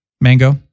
mango